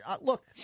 look